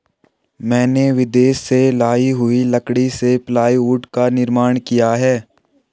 मैंने विदेश से लाई हुई लकड़ी से प्लाईवुड का निर्माण किया है